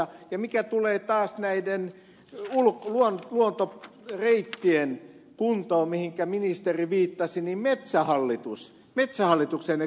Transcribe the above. ja mitä tulee taas näiden luontoreittien kuntoon mihinkä ministeri viittasi niin metsähallitukselle ne kuuluvat